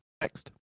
Next